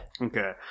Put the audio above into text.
Okay